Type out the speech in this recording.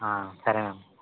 సరేనమ్మా